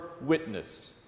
witness